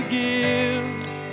gives